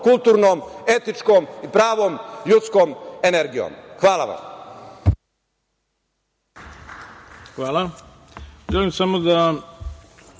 kulturnom, etičkom i pravom ljudskom energijom. Hvala vam. **Ivica